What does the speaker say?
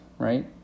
Right